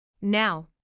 Now